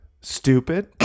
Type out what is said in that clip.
stupid